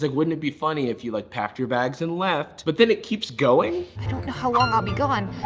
like wouldn't it be funny if you like, packed your bags and left, but then it keeps going i don't know how long i'll be gone.